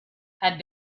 had